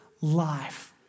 life